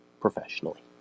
professionally